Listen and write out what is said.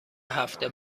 هفته